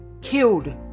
killed